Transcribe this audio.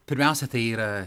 pirmiausia tai yra